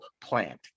plant